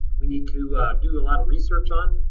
we need to do a lot of research on,